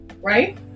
right